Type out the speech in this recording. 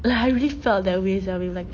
like I really felt that way sia babe like